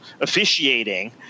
officiating –